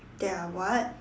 there are what